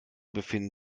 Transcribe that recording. befinden